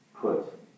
Put